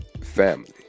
family